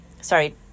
Sorry